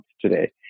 today